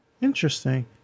Interesting